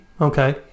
Okay